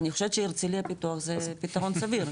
אני חושבת שהרצליה פיתוח זה פתרון סביר,